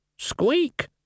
Squeak